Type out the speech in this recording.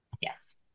Yes